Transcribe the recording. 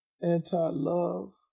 anti-love